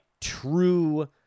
true